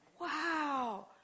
Wow